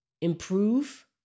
improve